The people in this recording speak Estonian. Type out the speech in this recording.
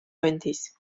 kandis